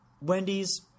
Wendy's